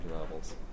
levels